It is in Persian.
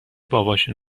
باباشو